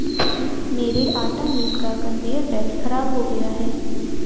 मेरे आटा मिल का कन्वेयर बेल्ट खराब हो गया है